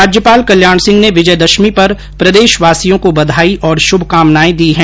राज्यपाल कल्याण सिंह ने विजयदशमी पर प्रदेशवासियों को बधाई और शुभकामनाए दी हैं